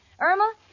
Irma